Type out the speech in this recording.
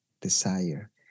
desire